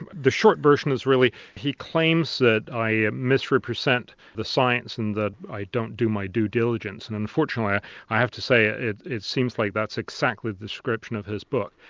and the short version is really he claims that i misrepresent the science and that i don't do my due diligence, and unfortunately i have to say ah it it seems like that's exactly the description of his book.